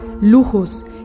lujos